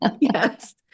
Yes